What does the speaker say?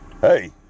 Hey